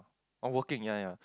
oh working ya ya